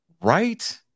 right